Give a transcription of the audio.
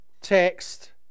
text